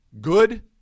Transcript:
Good